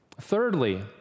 Thirdly